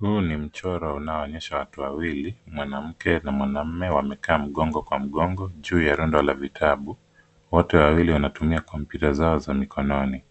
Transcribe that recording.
Huu ni mchoro unaoonyesha watu wawili, mwanamke na mwanaume wamekaa mgongo kwa mgongo juu ya rondo la vitabu. Wote wawili wanatumia kompyuta zao za mikononi.